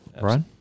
right